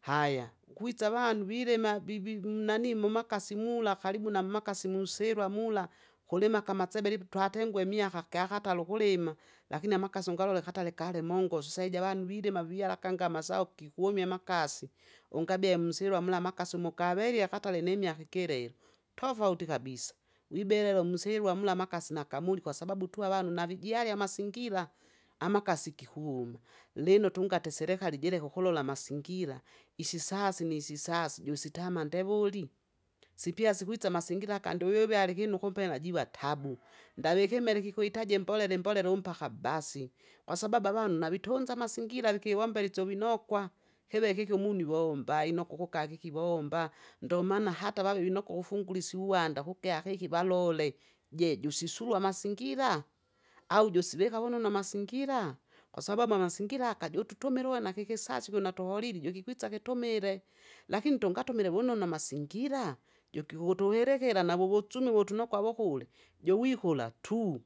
Haya ukwitsa avanu vilima vivi munani mumakasi mula karibu nammakasi musirwa mula, kulimaka amasebele ivu twatengwe imiaka kyakataro ukulima, lakini amakasi ungalole akatare kalimongoso saija avanu vilima viala akangi amasao gikumya amakasi. Ungabea imsilwa mula amakasi umo kavelia katare nimiaka ikilelo, tofauti kabisa! wibelelo musilwa mula amakasi nakamulikwa sababu tu avanu navijalia amasingira, amakasi gikuma, lino tungate serekali jileke ukulola amasingira, isisasi nisisasi jusitama ndewuli, sipya sikwisa amasingira aka nduvi viale ikinu kumpe najiva tabu, ndavi ikimere kikwitaja imbolela imbolela umpaka basi. Kwasababu avanu navitunza amasingira nkivombera isovinokwa, kive kiki umunu ivomba! inoku ukukakiki ivomba, ndomana hata vava vinoka ukufungura isyu- uwanda kukea keki valole, je jusisulwa amasingira? au jusivika vunonu amasingira? kwasababu amasingira aka jututumila uwe nakikisasi kuna tuholili jukikwisa kitumile. Lakini tungatumila vunonu namasingira? jukiku tuwilikira navuvusumi vutunokwa wokule, jowikula tu.